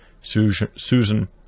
Susan